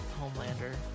Homelander